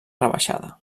rebaixada